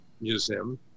Museum